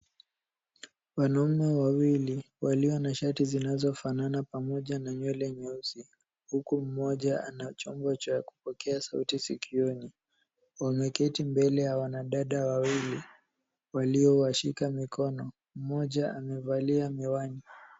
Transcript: Wanaume wawili walio na shati zinazofanana pamoja na nywele nyeusi huku mmoja ana chombo cha kupokea sauti sikioni. Wameketi mbele ya wanadada wawili waliowashika mikono. Mmoja amevalia miwani.